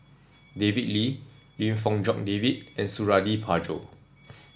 David Lee Lim Fong Jock David and Suradi Parjo